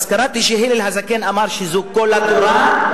אז קראתי שהלל הזקן אמר שזו כל התורה.